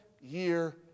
year